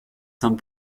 saint